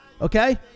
Okay